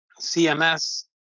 CMS